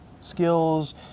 skills